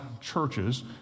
churches